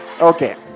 Okay